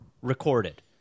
recorded